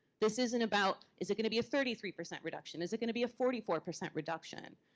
this isn't about, is it gonna be a thirty three percent reduction, is it gonna be a forty four percent reduction?